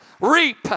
reap